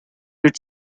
its